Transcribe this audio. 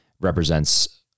represents